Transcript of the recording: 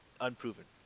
Unproven